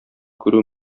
күрү